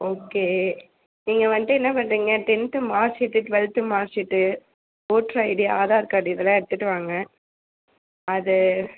okay நீங்க வண்ட்டு என்ன பண்ணுறீங்க tenth marksheet twelfth marksheet voter ID Aadhaar card இதெல்லாம் எடுத்துகிட்டு வாங்க அது